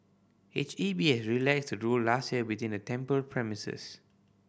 H E B has relaxed the rule last year within the temple premises